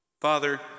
Father